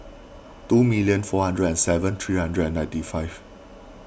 two million four hundred and seven three hundred and ninety five